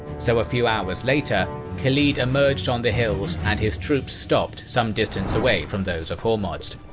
so a few hours later khalid emerged on the hills and his troops stopped some distance away from those of hormozd.